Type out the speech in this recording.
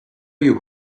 you